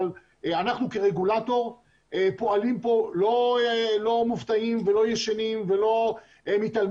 אבל אנחנו כרגולטור פועלים פה ולא מופתעים ולא מתעלמים,